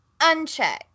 uncheck